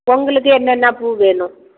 உங்களுக்கு என்னென்ன பூ வேணும்